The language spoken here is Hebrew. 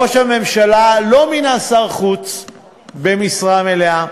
ראש הממשלה לא מינה שר חוץ במשרה מלאה.